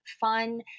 fun